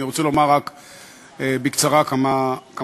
אני רק רוצה לומר בקצרה כמה מילים.